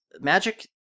Magic